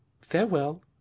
Farewell